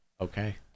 Okay